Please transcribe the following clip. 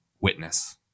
witness